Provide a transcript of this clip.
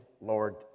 Lord